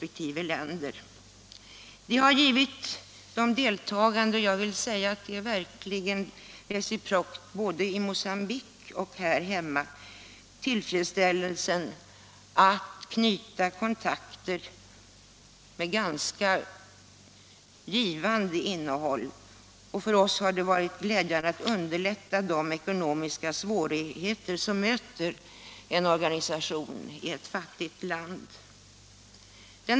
Detta har givit de deltagande — och det är verkligen reciprokt — tillfredsställelsen att knyta givande kontakter. För oss har det varit gläjande att kunna minska de ekonomiska svårigheter som möter en organisation i ett fattigt land.